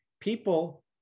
People